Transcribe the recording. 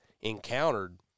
encountered